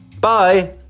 Bye